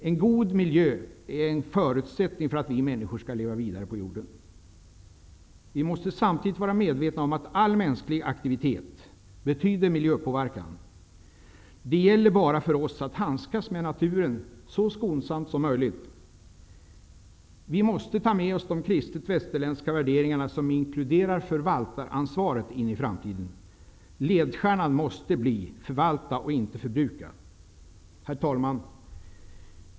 En god miljö är en förutsättning för att vi människor skall leva vidare på jorden. Vi måste samtidigt vara medvetna om att all mänsklig aktivitet betyder miljöpåverkan. Det gäller bara för oss att handskas med naturen så skonsamt som möjligt. Vi måste ta med oss de kristet västerländska värderingarna, som inkluderar förvaltaransvaret, in i framtiden. Ledstjärnan måste bli att förvalta och inte att förbruka. Herr talman!